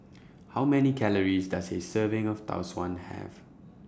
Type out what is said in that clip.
How Many Calories Does A Serving of Tau Suan Have